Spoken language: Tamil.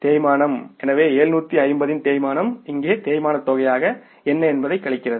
தேய்மானம் எனவே 750 இன் தேய்மானம் இங்கே தேய்மானத் தொகை என்ன என்பதைக் கழிக்கிறது